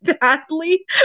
badly